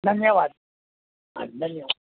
ધન્યવાદ હા ધન્યવાદ